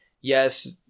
yes